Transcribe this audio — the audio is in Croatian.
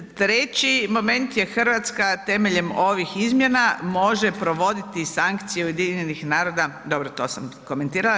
Treći moment je Hrvatska temeljem ovih izmjena može provoditi sankciju UN-a, dobro to sam komentirala.